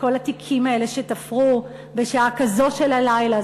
כל התיקים האלה שתפרו בשעה כזאת של הלילה,